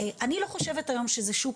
אני לא חושבת היום שזה שוק,